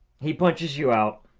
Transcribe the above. he punches you out.